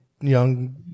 young